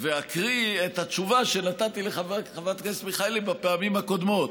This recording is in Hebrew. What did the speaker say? ואקריא את התשובה שנתתי לחברת הכנסת מיכאלי בפעמים הקודמות.